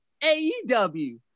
AEW